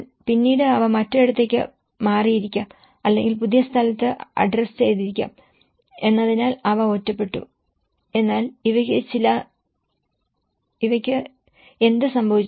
എന്നാൽ പിന്നീട് ഇവ മറ്റൊരിടത്തേക്ക് മാറിയിരിക്കാം അല്ലെങ്കിൽ പുതിയ സ്ഥലത്ത് അഡ്ജസ്റ്റ് ചെയ്തിരിക്കാം എന്നതിനാൽ അവ ഒറ്റപ്പെട്ടു എന്നാൽ ഇവയ്ക്ക് എന്ത് സംഭവിച്ചു